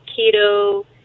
keto